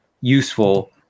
useful